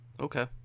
Okay